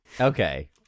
Okay